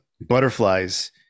butterflies